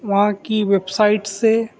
وہاں کی website سے